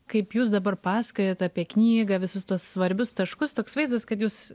kaip jūs dabar pasakojat apie knygą visus tuos svarbius taškus toks vaizdas kad jūs